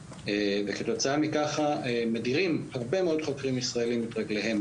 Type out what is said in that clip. וכתוצאה מכך מדירים הרבה מאוד חוקרים ישראלים את רגליהם